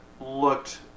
looked